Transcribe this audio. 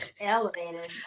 Elevated